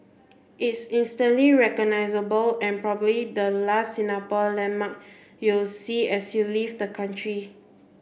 it's instantly recognisable and probably the last Singapore landmark you'll see as you leave the country